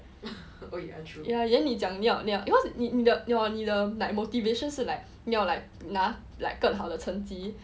ya then 你讲你要 cause 你你的 like motivation 是 like 你要 like 拿 like 更好的成绩